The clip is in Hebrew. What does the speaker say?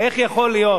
איך יכול להיות